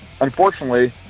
Unfortunately